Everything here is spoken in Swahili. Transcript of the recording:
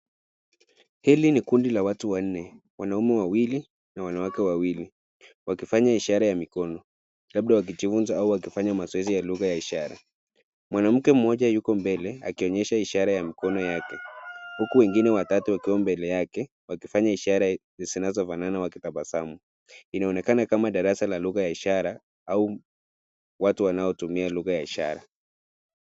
Hili ni kundi la watu wanne. Wanaume wawili na wanawake wawili wakifanya ishara ya mikono; labda wakijifunza au wakifanya mazoezi ya lugha ya ishara. Mwanamke mmoja yuko mbele akionyesha ishara ya mkono yake, huku wengine watatu wakiwa mbele yake wakifanya ishara zinazofanana wakitabasamu. Inaonekana kama darasa la lugha ya ishara au watu wanaotumia lugha ya ishara.